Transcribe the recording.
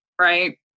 right